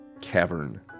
cavern